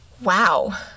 wow